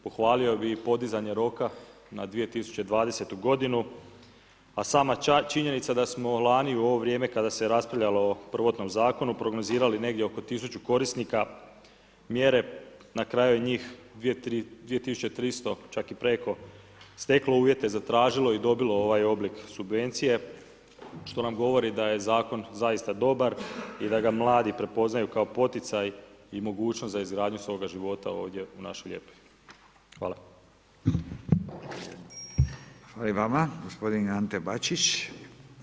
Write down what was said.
Pohvalio bih i podizanje roka na 2020. godinu, a sama činjenica da smo lani u ovo vrijeme kada se raspravljalo o prvotnom zakonu prognozirali negdje oko tisuću korisnika mjere, na kraju njih 2300 čak i preko steklo uvjete, zatražilo i dobilo ovaj oblik subvencije, što nam govori da je zakon zaista dobar i da ga mladi prepoznaju kao poticaj i mogućnost za izgradnju svoga života ovdje u našoj lijepoj.